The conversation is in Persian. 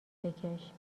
بکش